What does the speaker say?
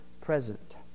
present